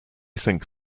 think